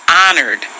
honored